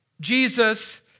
Jesus